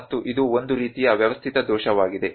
ಮತ್ತು ಇದು ಒಂದು ರೀತಿಯ ವ್ಯವಸ್ಥಿತ ದೋಷವಾಗಿದೆ